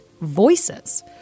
voices